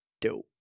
Dope